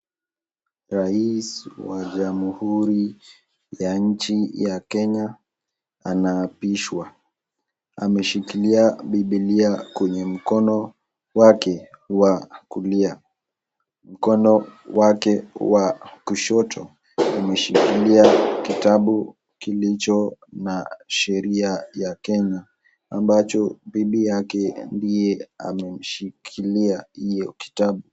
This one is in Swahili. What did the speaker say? Rais wa jamhuri ya nchi ya kenya anaapishwa ameshikilia bibilia kwenye mkono wake wa kulia. Mkono wake wa kushoto ameshikilia kitabu kilicho na sheria ya kenya ambacho bibi yake ndiye ameshikilia hiyo kitabu.